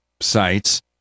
sites